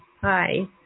Hi